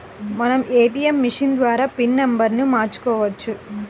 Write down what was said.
మనం ATM machine ద్వారా pin నెంబర్ను మార్చుకోవచ్చు